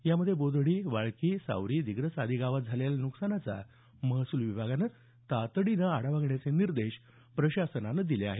यात बोधडी वाळकी सावरी दिग्रस आदी गांवात झालेल्या या न्कसानाचा महसूल विभागानं तातडीनं आढावा घेण्याचे निर्देश प्रशासनानं दिले आहेत